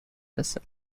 vessel